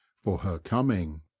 for her coming.